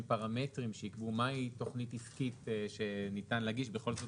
פרמטרים שיקבעו מה היא תוכנית עסקית שניתן להגיש בכל זאת